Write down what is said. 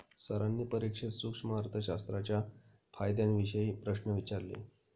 सरांनी परीक्षेत सूक्ष्म अर्थशास्त्राच्या फायद्यांविषयी प्रश्न विचारले